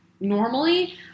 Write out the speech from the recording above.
normally